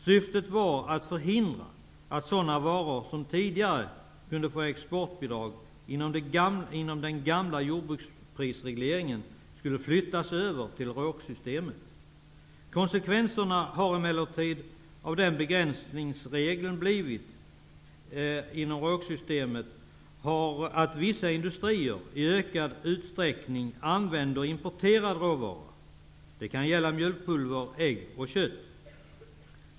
Syftet var att förhindra att sådana varor som tidigare kunde få exportbidrag inom den gamla jordbruksprisregleringen skulle flyttas över till RÅK-systemet. Konsekvenserna av den begränsningsregeln har emellertid blivit att vissa industrier i ökad utsträckning använder importerad råvara -- det kan gälla mjölkpulver, ägg och kött.